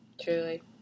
truly